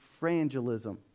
frangelism